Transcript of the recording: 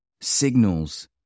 signals